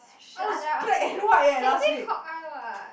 shut up can say cock eye what